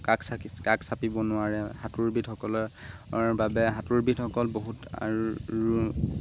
কাষ চাপিব নোৱাৰে সাঁতোৰবিধসকলৰ বাবে সাঁতোৰৰবিধসকল বহুত আৰু